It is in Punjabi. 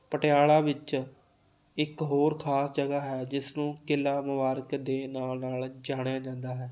ਪਟਿਆਲਾ ਵਿੱਚ ਇੱਕ ਹੋਰ ਖਾਸ ਜਗ੍ਹਾ ਹੈ ਜਿਸ ਨੂੰ ਕਿਲ੍ਹਾ ਮੁਬਾਰਕ ਦੇ ਨਾਂ ਨਾਲ ਜਾਣਿਆ ਜਾਂਦਾ ਹੈ